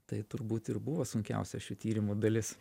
tai turbūt ir buvo sunkiausia šių tyrimų dalis